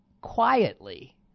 quietly